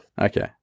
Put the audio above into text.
Okay